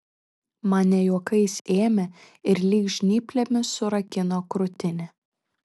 man ne juokais ėmė ir lyg žnyplėmis surakino krūtinę